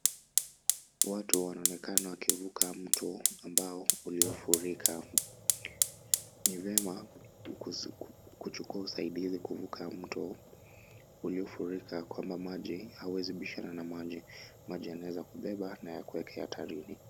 Watu wanaonekana wakivuka mto ambao uliofurika. Ni vyema kuchukua usaidia kuvuka mto uliofurika kwamba maji huwezi bishana na maji. Maji yanaeza kubeba na yakueke hatarini.